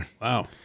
wow